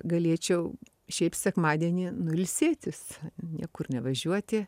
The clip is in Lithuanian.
galėčiau šiaip sekmadienį nu ilsėtis niekur nevažiuoti